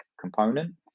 component